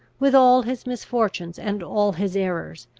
with all his misfortunes and all his errors,